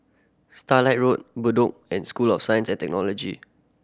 Starlight Road Bedok and School of Science and Technology